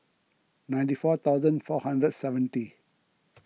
ninety four thousand four hundred and seventy